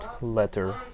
letter